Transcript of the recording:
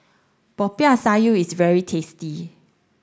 Popiah Sayur is very tasty